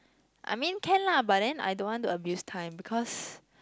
I mean can lah but then I don't want to abuse time because